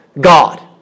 God